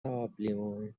آبلیمو